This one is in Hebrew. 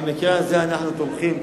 אחת, במקרה הזה אנחנו תומכים.